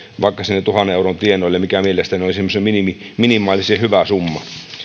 vaikka sinne tuhannen euron tienoille mikä mielestäni olisi semmoinen minimaalisen hyvä summa